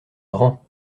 grand